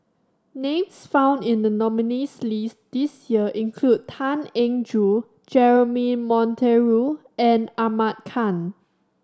names found in the nominees' list this year include Tan Eng Joo Jeremy Monteiro and Ahmad Khan